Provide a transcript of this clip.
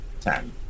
ten